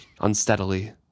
unsteadily